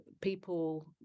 people